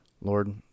Lord